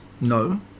No